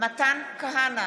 מתן כהנא,